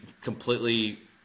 completely